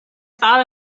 thought